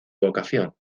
vocación